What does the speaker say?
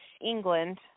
England